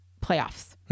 playoffs